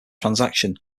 transaction